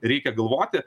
reikia galvoti